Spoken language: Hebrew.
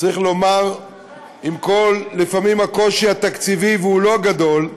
צריך לומר שלפעמים הקושי התקציבי, והוא לא גדול,